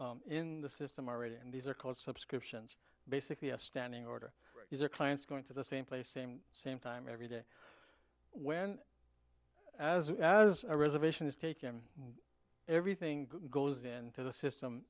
in the system already and these are called subscriptions basically a standing order or clients going to the same place same same time every day when as a reservation is taken everything goes into the system